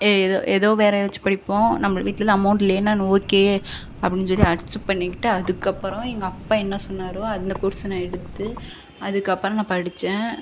ஏ எதோ எதோ வேறு எதாச்சும் படிப்போம் நம்ம வீட்டில் தான் அமௌண்ட் இல்லையேன்னு நான் ஓகே அப்படின்னு சொல்லி அக்சப்ட் பண்ணிக்கிட்டு அதுக்கு அப்புறம் எங்கள் அப்பா என்ன சொன்னாரோ அந்த கோர்ஸை நான் எடுத்து அதுக்கப்புறம் நான் படித்தேன்